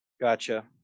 gotcha